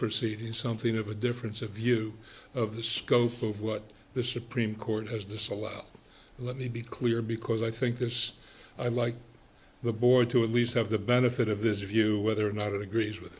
proceeding something of a difference of view of the scope of what the supreme court has disallowed let me be clear because i think this i like the board to at least have the benefit of this view whether or not it agrees with